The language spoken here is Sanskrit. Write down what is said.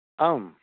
आम्